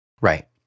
Right